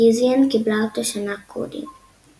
דיזיין, אותו קיבלה שנה קודם.